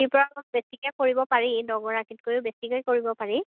বেছিকৈ কৰিব পাৰি দহগৰাকীতকৈও বেছিকৈ কৰিব পাৰি